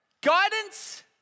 guidance